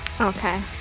okay